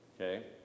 Okay